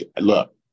look